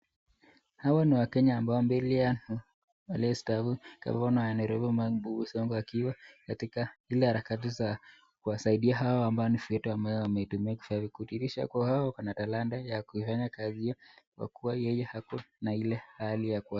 Hawa ni wakenya ambao mbele yao ni aliyestaafu gavana wa Nairobi Mike Mbugu Sonko akiwa katika ile harakati ya kuwasaidia hawa ambao ni wafanyakazi kudhihirisha kuwa wao wako na talanta ya kuifanya kazi hiyo kwa kuwa yeye ako na ile hali ya kuwasaidia.